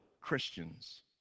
Christians